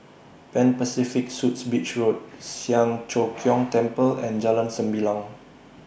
Pan Pacific Suites Beach Road Siang Cho Keong Temple and Jalan Sembilang